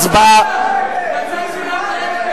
התש"ע 2010,